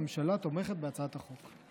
הממשלה תומכת בהצעת החוק.